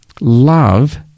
Love